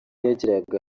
yagiraga